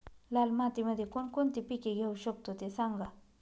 लाल मातीमध्ये कोणकोणती पिके घेऊ शकतो, ते सांगा